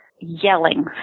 yelling